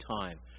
time